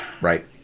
right